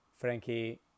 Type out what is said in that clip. Frankie